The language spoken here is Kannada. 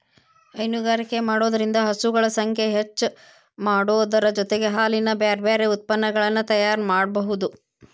ಹೈನುಗಾರಿಕೆ ಮಾಡೋದ್ರಿಂದ ಹಸುಗಳ ಸಂಖ್ಯೆ ಹೆಚ್ಚಾಮಾಡೋದರ ಜೊತೆಗೆ ಹಾಲಿನ ಬ್ಯಾರಬ್ಯಾರೇ ಉತ್ಪನಗಳನ್ನ ತಯಾರ್ ಮಾಡ್ಬಹುದು